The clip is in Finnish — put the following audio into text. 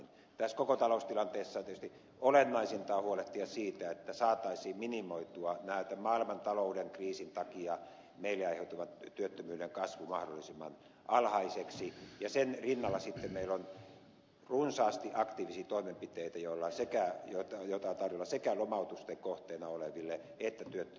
tässä koko taloustilanteessa tietysti olennaisinta on huolehtia siitä että saataisiin minimoitua maailmantalouden kriisin takia meille aiheutuva työttömyyden kasvu mahdollisimman alhaiseksi ja sen rinnalla sitten meillä on runsaasti aktiivisia toimenpiteitä joita on tarjolla sekä lomautusten kohteena oleville että tietty